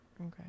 okay